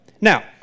Now